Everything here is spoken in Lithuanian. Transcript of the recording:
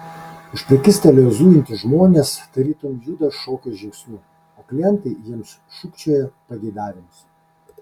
už prekystalio zujantys žmonės tarytum juda šokio žingsniu o klientai jiems šūkčioja pageidavimus